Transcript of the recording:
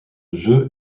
jeu